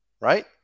right